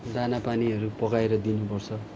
दानी पानीहरू पकाएर दिनुपर्छ